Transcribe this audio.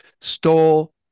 stole